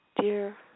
Dear